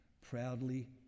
proudly